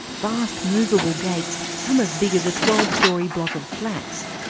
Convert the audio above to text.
vast moveable gates, some as big as a twelve storey block of flats.